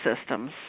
systems